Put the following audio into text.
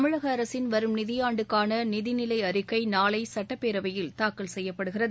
தமிழக அரசின் வரும் நிதி ஆண்டுக்கான நிதி நிலை அழிக்கை நாளை சட்டப்பேரவையில் தாக்கல் செய்யப்படுகிறது